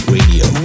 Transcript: Radio